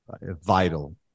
Vital